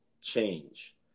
change